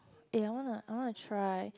eh I wanna I wanna try